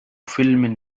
فلم